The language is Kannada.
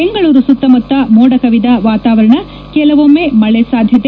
ಬೆಂಗಳೂರು ಸುತ್ತಮುತ್ತ ಮೋಡಕವಿದ ವಾತಾವರಣ ಕೆಲವೊಮ್ನೆ ಮಳೆ ಸಾಧ್ಯತೆ